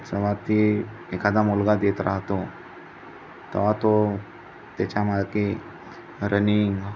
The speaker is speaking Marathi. जेव्हा ती एखादा मुलगा देत राहतो तेव्हा तो त्याच्यामार्गे रनिंग